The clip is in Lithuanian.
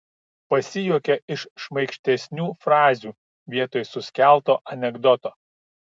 pasijuokia iš šmaikštesnių frazių vietoj suskelto anekdoto